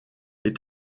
les